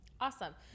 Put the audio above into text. Awesome